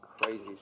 crazy